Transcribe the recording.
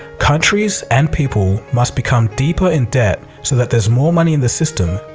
countries and people must become deeper in debt so that there's more money in the system,